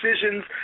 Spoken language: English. decisions